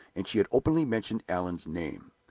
and she had openly mentioned allan's name.